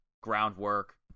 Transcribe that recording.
groundwork